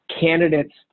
candidates